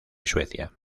suecia